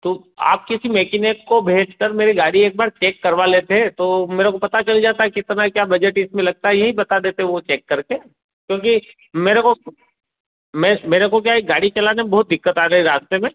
तो आप किसी मेकेनिक को भेज कर मेरी गाड़ी एक बार चेक करवा लेते तो मेरे को पता चल जाता कितना क्या बजट इसमें लगता है यही बता देते वह चेक करके क्यूँकि मेरे को मैं मेरे को क्या है गाड़ी चलाने में बहुत दिक्कत आ रही रास्ते में